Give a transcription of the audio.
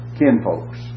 kinfolks